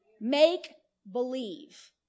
Make-believe